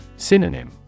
Synonym